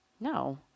No